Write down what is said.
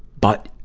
but,